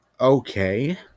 okay